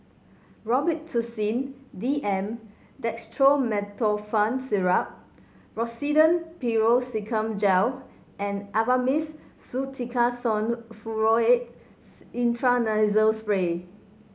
Robitussin D M Dextromethorphan Syrup Rosiden Piroxicam Gel and Avamys Fluticasone Furoate Intranasal Spray